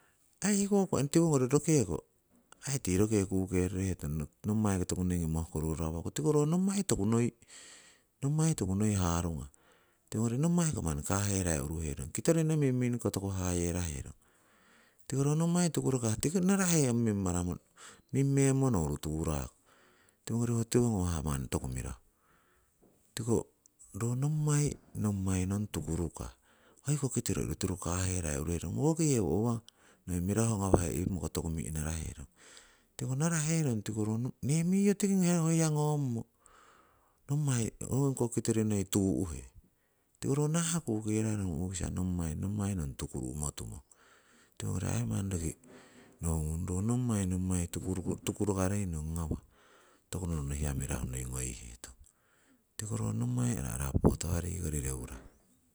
Aii hekoko ong tiwongori aii tii roke kukerorohetong, nommaiki toku noingi mohkorurawoku tiko ro nommai toku noi, nommai toku noi harungah, tiwongori nommai kiko manni kaherai uruherong, kitorinno mimming koko toku hayeraherong. Tiko ro nommai tukukah tiko narahe mimmaramo, mimmemmo nouru turako, tiwongori ho tiwo ngawah manni toku mirahu. Tiko ro nommai, nommai nong tukurukah, hoi koh kitori orutiru kaherai uruherong, woki yewo uwa noi mirahu ngawarei iwimoko toku mi'naraherong. Tiko naraherong tiko nee miyo tiki heko ho ha ngommo nommai ho koh kitori noi tuu'he, tiko ro nahah kukerarong u'kisa nommai, nommai nong tukuru'mo tumong. Tiwongori aii manni roki nohungung ro nommai, nommai tukurukarei nong ngawah, toku noruno hiya noi mirahu ngoihetong. Tiko ro nommai nong arapotawareikori nong reurah.